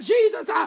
Jesus